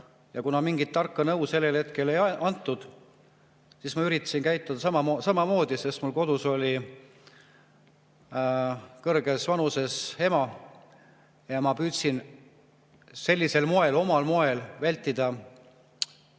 Kuna mingit tarka nõu sellel hetkel ei antud, siis ma üritasin käituda samamoodi, sest mul oli kodus kõrges vanuses ema. Ma püüdsin sellisel moel, omal moel vältida